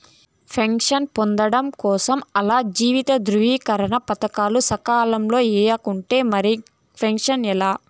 pension పొందడం కోసరం ఆల్ల జీవిత ధృవీకరన పత్రాలు సకాలంల ఇయ్యకుంటే మరిక పెన్సనే లా